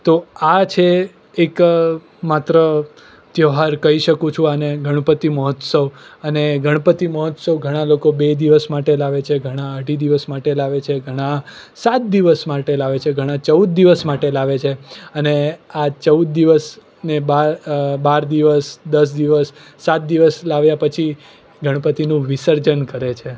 તો આ છે એક માત્ર ત્યોહાર કહી શકું છું આને ગણપતિ મહોત્સવ અને ગણપતિ મહોત્સવ ઘણા લોકો બે દિવસ માટે લાવે છે ઘણા અઢી દિવસ માટે લાવે છે ઘણા સાત દિવસ માટે લાવે છે ઘણા ચૌદ દિવસ માટે લાવે છે અને આ ચૌદ દિવસ ને બાર દિવસ દસ દિવસ સાત દિવસ લાવ્યા પછી ગણપતીનું વિસર્જન કરે છે